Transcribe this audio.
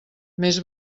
més